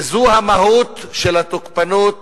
וזו המהות של התוקפנות